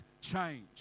change